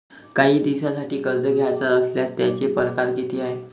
कायी दिसांसाठी कर्ज घ्याचं असल्यास त्यायचे परकार किती हाय?